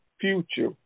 future